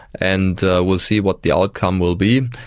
and we'll see what the outcome will be.